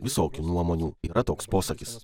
visokių nuomonių yra toks posakis